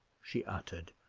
she uttered,